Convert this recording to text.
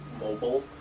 mobile